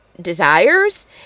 desires